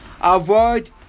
avoid